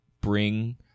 bring